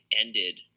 ended